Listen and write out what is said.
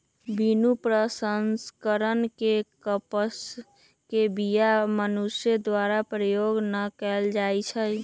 बिनु प्रसंस्करण के कपास के बीया मनुष्य द्वारा प्रयोग न कएल जाइ छइ